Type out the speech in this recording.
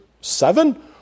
seven